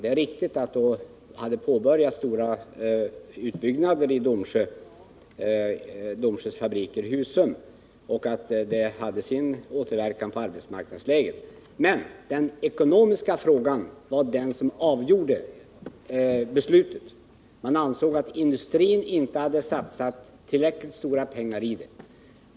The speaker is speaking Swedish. Det är riktigt att stora utbyggnader då hade påbörjats vid Mo och Domsjös fabriker i Husum och att det hade återverkan på arbetsmarknadsläget. Men den ekonomiska frågan var den som avgjorde beslutet. Man ansåg att industrin inte hade satsat tillräckligt mycket pengar i projektet.